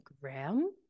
Graham